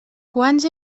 quants